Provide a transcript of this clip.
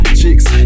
chicks